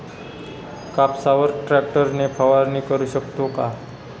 कापसावर ट्रॅक्टर ने फवारणी करु शकतो का?